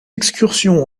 excursions